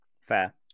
Fair